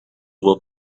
will